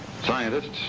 Scientists